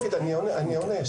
אני עונה.